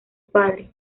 padre